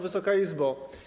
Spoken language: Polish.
Wysoka Izbo!